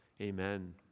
Amen